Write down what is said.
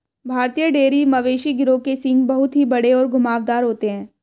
भारतीय डेयरी मवेशी गिरोह के सींग बहुत ही बड़े और घुमावदार होते हैं